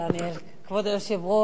כבוד היושב-ראש,